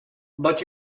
but